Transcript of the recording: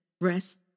rest